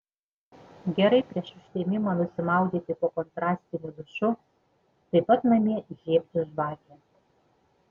gerai prieš užtemimą nusimaudyti po kontrastiniu dušu taip pat namie įžiebti žvakę